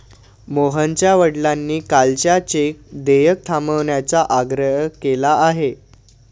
मोहनच्या वडिलांनी कालच्या चेकचं देय थांबवण्याचा आग्रह केला आहे